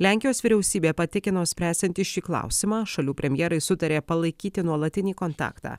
lenkijos vyriausybė patikino spręsianti šį klausimą šalių premjerai sutarė palaikyti nuolatinį kontaktą